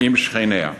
עם שכניה.